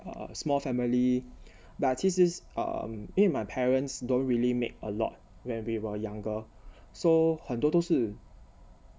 a small family but 其实 um 因为 my parents don't really make a lot when we were younger so 很多都是